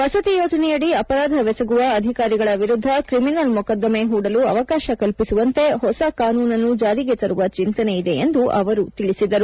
ವಸತಿ ಯೋಜನೆಯಡಿ ಅಪರಾಧವೆಸಗುವ ಅಧಿಕಾರಿಗಳ ವಿರುದ್ದ ಕ್ರಿಮಿನಲ್ ಮೊಕದ್ದಮೆ ಹೂಡಲು ಅವಕಾಶ ಕಲ್ಪಿಸುವಂತೆ ಹೊಸ ಕಾನೂನನ್ನು ಜಾರಿಗೆ ತರುವ ಚಿಂತನೆಯಿದೆ ಎಂದು ಅವರು ತಿಳಿಸಿದರು